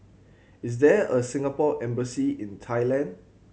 is there a Singapore Embassy in Thailand